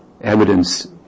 evidence